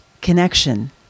connection